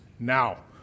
now